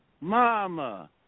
mama